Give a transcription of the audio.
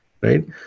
right